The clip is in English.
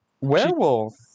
Werewolf